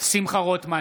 שמחה רוטמן,